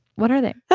what are they?